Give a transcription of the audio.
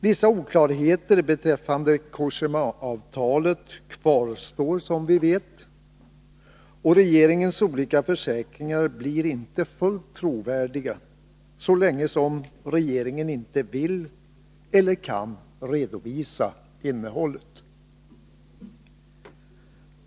Vissa oklarheter beträffande Cogémaavtalet kvarstår, som vi vet, och regeringens olika försäkringar blir inte fullt trovärdiga så länge regeringen inte vill, eller inte kan, redovisa innehållet.